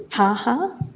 ha ha.